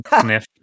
sniff